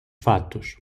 fatos